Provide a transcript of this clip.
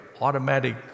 automatic